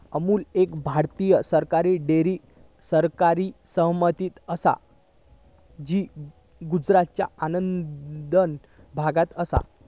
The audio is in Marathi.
अमूल एक भारतीय सरकारी डेअरी सहकारी समिती असा जी गुजरातच्या आणंद भागात असा